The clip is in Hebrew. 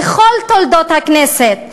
בכל תולדות הכנסת,